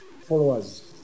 followers